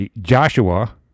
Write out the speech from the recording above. Joshua